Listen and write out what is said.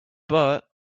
but